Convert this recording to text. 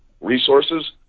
resources